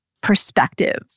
perspective